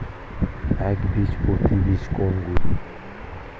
একবীজপত্রী বীজ কোন গুলি?